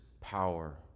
power